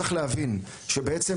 צריך להבין שבעצם,